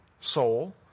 soul